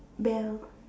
bell